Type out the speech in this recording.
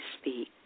speak